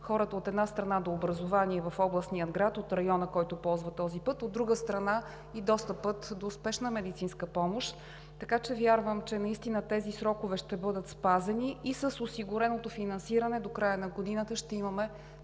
хората, от една страна, до образование в областния град от района, който ползва този път, от друга страна, и достъпа до спешна медицинска помощ. Вярвам, че наистина тези срокове ще бъдат спазени и с осигуреното финансиране до края на годината ще имаме